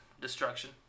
destruction